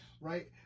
right